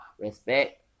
respect